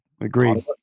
Agreed